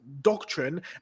doctrine